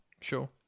sure